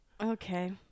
okay